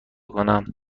کنم